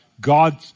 God